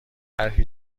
طرحی